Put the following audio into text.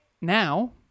now